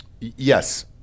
Yes